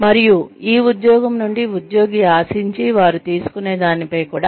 మరియు ఈ ఉద్యోగం నుండి ఉద్యోగి ఆశించి వారు తీసుకునే దానిపై కూడా